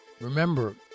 remember